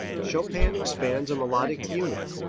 chopin expands a melodic unit,